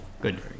good